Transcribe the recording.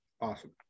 Awesome